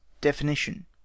DEFINITION